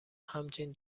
همچین